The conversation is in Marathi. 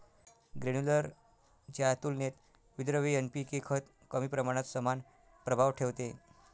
ग्रेन्युलर च्या तुलनेत विद्रव्य एन.पी.के खत कमी प्रमाणात समान प्रभाव ठेवते